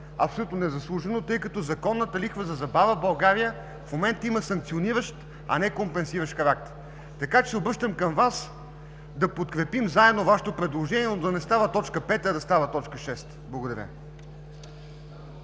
абсолютно незаслужено, тъй като законната лихва за забава в България в момента има санкциониращ, а не компенсиращ характер. Обръщам се към Вас да подкрепим заедно Вашето предложение, но да не става т. 5, а да стане т. 6. Благодаря.